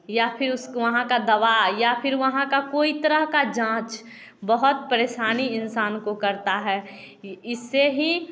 या फिर उस वहाँ का दवा या फिर वहाँ का कोई तरह जाँच बहुत परेशानी इंसान को करता है इससे ही